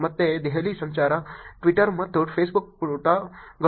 ಮತ್ತೆ ದೆಹಲಿ ಸಂಚಾರ ಟ್ವಿಟರ್ ಮತ್ತು ಫೇಸ್ ಬುಕ್ ಪುಟಗಳು